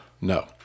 No